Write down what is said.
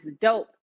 dope